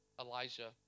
Elijah